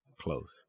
Close